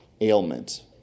ailment